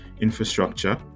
infrastructure